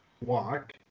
walk